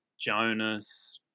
Jonas